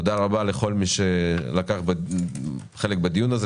תודה רבה לכל מי שלקח חלק בדיון הזה,